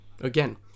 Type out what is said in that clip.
again